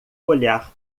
olhar